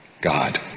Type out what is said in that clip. God